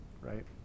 right